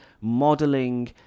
modeling